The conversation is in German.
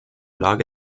lage